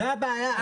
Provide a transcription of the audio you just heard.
זו הבעיה.